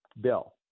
bill